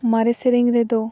ᱢᱟᱨᱮ ᱥᱮᱨᱮᱧ ᱨᱮᱫᱚ